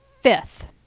fifth